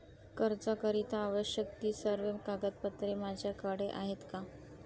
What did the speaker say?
कर्जाकरीता आवश्यक ति सर्व कागदपत्रे माझ्याकडे आहेत का?